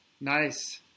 Nice